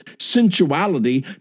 sensuality